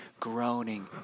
groaning